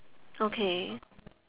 okay